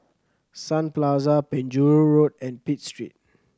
Sun Plaza Penjuru Road and Pitt Street